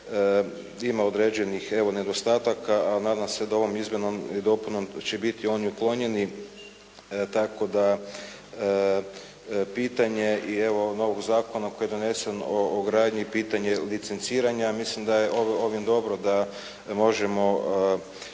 ima određenih nedostataka a nadam se da ovom izmjenom i dopunom će biti oni uklonjeni, tako da pitanje evo i novog Zakona o gradnji koji je donesen, pitanje licenciranja. Mislim da je ovime dobro da možemo i kod